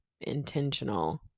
intentional